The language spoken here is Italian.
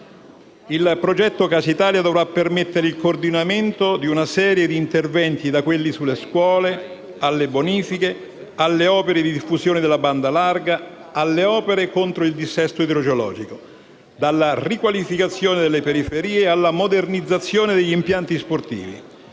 Il progetto Casa Italia dovrà permettere il coordinamento di una serie di interventi, da quelli sulle scuole, alle bonifiche, alle opere di diffusione della banda larga, alle opere contro il dissesto idrogeologico; dalla riqualificazione delle periferie alla modernizzazione degli impianti sportivi: